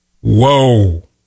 Whoa